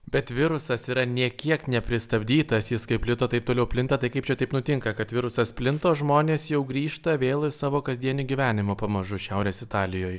bet virusas yra nė kiek nepristabdytas jis kaip plito taip toliau plinta tai kaip čia taip nutinka kad virusas plinta o žmonės jau grįžta vėl į savo kasdienį gyvenimą pamažu šiaurės italijoj